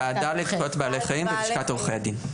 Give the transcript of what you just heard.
וועדה לזכויות בעלי החיים בלשכת עורכי הדין.